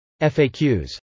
FAQs